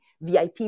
VIP